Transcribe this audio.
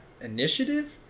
initiative